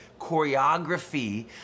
choreography